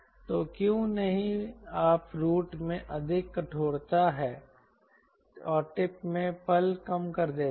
तो क्यों नहीं आप रूट में अधिक कठोरता है और टिप में पल कम कर देता है